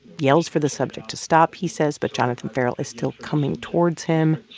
yells for the subject to stop, he says, but jonathan ferrell is still coming towards him.